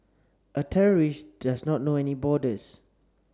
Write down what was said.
a terrorist does not know any borders